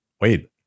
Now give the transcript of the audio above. Wait